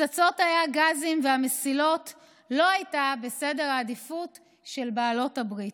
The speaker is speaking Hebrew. הפצצות תאי הגזים והמסילות לא היו בסדר העדיפויות של בעלות הברית,